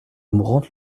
mourante